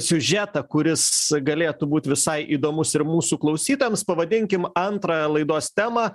siužetą kuris galėtų būt visai įdomus ir mūsų klausytojams pavadinkim antrąją laidos temą